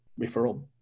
referral